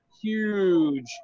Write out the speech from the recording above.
huge